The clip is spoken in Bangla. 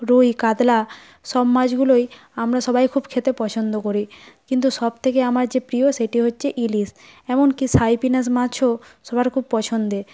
রুই কাতলা সব মাছগুলোই আমরা সবাই খুব খেতে পছন্দ করি কিন্তু সবথেকে আমার যে প্রিয় সেটি হচ্ছে ইলিশ এমনকি সাইপিনাস মাছও সবার খুব পছন্দের